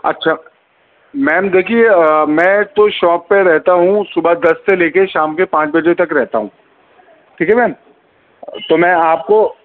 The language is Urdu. اچھا میم دیکھیے میں تو شاپ پہ رہتا ہوں صبح دس سے لے کے شام کے پانچ بجے تک رہتا ہوں ٹھیک ہے میم تو میں آپ کو